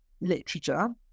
literature